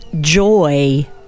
joy